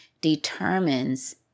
determines